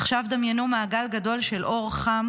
עכשיו, דמיינו מעגל גדול של אור חם